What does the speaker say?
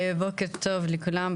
בוקר טוב לכולם,